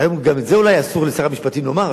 היום גם את זה אולי אסור לשר המשפטים לומר,